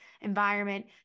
environment